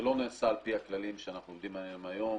לא נעשה על פי הכללים שאנחנו עובדים לפיהם היום.